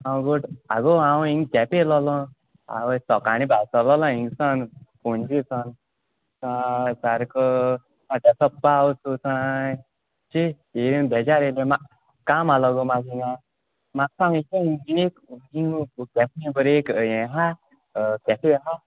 हांव घट आगो हांव हिंग कॅफे येयलो आल्हो आवय सोकाळीं भायर सोल्लोलो हिंग सावन पोणजे सावन सारको आतां तो पावस शी ही बेजार येयले म्हा काम आल्हो गो म्हाजें हिंगां म्हाक सांग बरें एक हें हा कॅफे हा